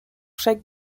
chaque